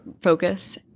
focus